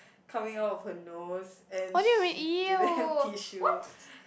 coming out of her nose and she didn't have tissue